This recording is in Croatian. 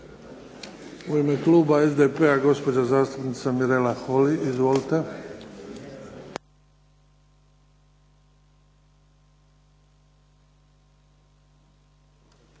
U ime kluba SDP-a gospođa zastupnica Mirela Holy. Izvolite.